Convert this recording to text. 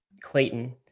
Clayton